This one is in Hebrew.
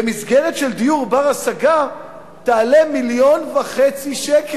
במסגרת של דיור בר-השגה תעלה 1.5 מיליון שקל.